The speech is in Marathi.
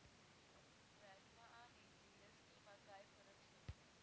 व्हॅटमा आणि जी.एस.टी मा काय फरक शे?